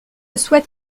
souhaite